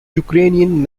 ukrainian